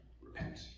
Repent